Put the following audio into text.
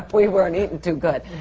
we weren't eating too good.